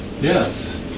Yes